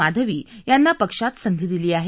माधवी यांना पक्षात संधी दिली आहे